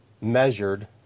measured